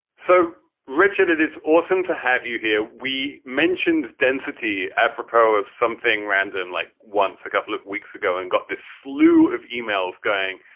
so, richard, it is awesome to have you here. we mentioned density, apropos of something random, like once a couple of weeks ago and got this slew of emails going.